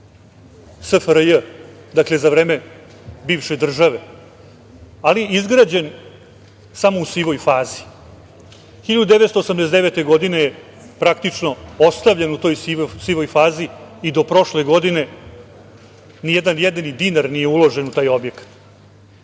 SFRJ, dakle za vreme bivše države, ali izgrađen samo u sivoj fazi. Godine 1989. je praktično ostavljen u toj sivoj fazi i do prošle godine ni jedan jedini dinar nije uložen u taj objekat.